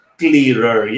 clearer